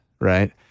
right